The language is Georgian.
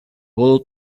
ბოლო